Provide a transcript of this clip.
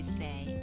say